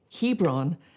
Hebron